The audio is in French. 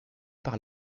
par